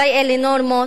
אולי אלה נורמות,